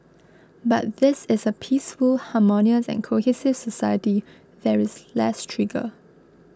but this is a peaceful harmonious and cohesive society there is less trigger